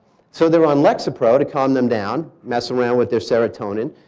so they're on lexapro to calm them down. messing around with their serotonin.